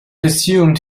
assumed